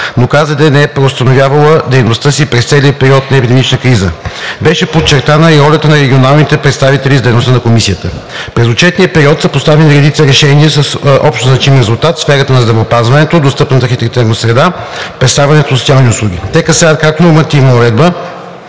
но КЗД не е преустановявала дейността си през целия период на епидемичната криза. Беше подчертана и ролята на регионалните представители за дейността на Комисията. През отчетния период са постановени редица решения с общозначим резултат в сферата на здравеопазването, достъпната архитектурна среда, предоставянето на социални услуги. Те касаят както нормативната уредба,